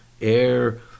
air